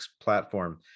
platform